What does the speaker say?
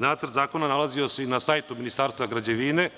Nacrt zakona nalazio se i na sajtu Ministarstva građevine,